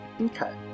Okay